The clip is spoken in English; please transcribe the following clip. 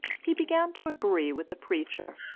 he began to agree with the preacher,